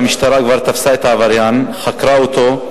כפי שאני רואה אותה היום,